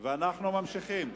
ואנחנו ממשיכים.